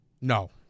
No